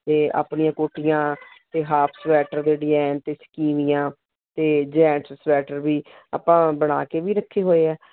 ਅਤੇ ਆਪਣੀਆਂ ਕੋਟੀਆਂ ਅਤੇ ਹਾਫ ਸਵੈਟਰ ਦੇ ਡਿਜਾਇਨ ਅਤੇ ਸਕੀਵੀਆਂ ਅਤੇ ਜੈਂਟਸ ਸਵੈਟਰ ਵੀ ਆਪਾਂ ਬਣਾ ਕੇ ਵੀ ਰੱਖੇ ਹੋਏ ਹੈ